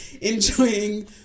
enjoying